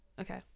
okay